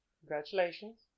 Congratulations